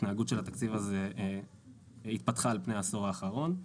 ההתנהגות של התקציב הזה התפתחה על פני העשור האחרון.